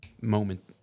moment